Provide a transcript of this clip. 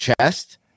chest